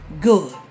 good